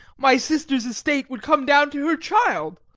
my sister's estate would come down to her child.